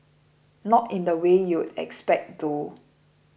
not in the way you'd expect though